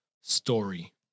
story